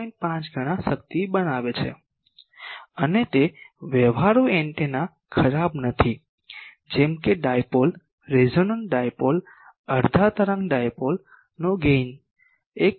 5 ગણા શક્તિ બનાવે છે અને તે વ્યવહારુ એન્ટેના ખરાબ નથી જેમ કે ડાયપોલ રેસોનન્ટ ડાયપોલ અડધા તરંગ ડાયપોલ નો ગેઇન 1